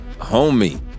homie